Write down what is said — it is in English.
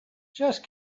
just